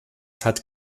hat